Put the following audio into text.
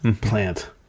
plant